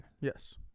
Yes